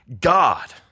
God